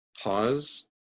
pause